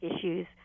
issues